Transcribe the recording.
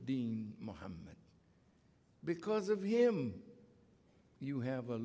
dean mohammed because of him you have a